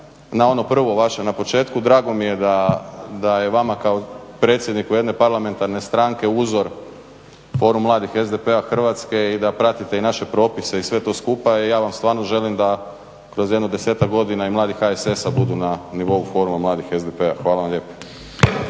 na ono prvo vaše na početku, drago mi je da je vama kao predsjedniku jedne parlamentarne stranke uzor Forum mladih SDP-a Hrvatske i da pratite i naše propise i sve to skupa i ja vam stvarno želim da kroz jedno desetak godina i mladi HSS-a budu na nivou Foruma mladih SDP-a. Hvala vam lijepo.